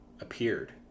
appeared